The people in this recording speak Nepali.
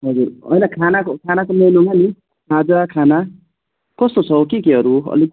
हजुर हैन खानाको खानाको मेन्युमा नि खाजा खाना कस्तो छ हौ के केहरू अलिक